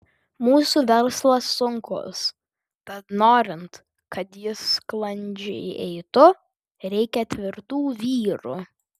mūsų verslas sunkus tad norint kad jis sklandžiai eitų reikia tvirtų vyrų